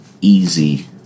easy